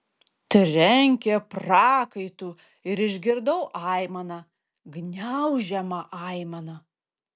trenkė prakaitu ir išgirdau aimaną gniaužiamą aimaną